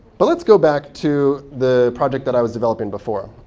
but let's go back to the project that i was developing before.